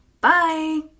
Bye